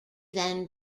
then